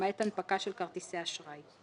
למעט הנפקה של כרטיסי אשראי,"